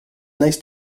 nice